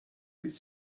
which